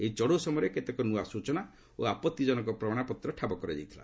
ଏହି ଚଢ଼ଉ ସମୟରେ କେତେକ ନୂଆ ସୂଚନା ଓ ଆପଭିଜନକ ପ୍ରମାଣପତ୍ର ଠାବ କରାଯାଇଥିଲା